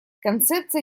концепция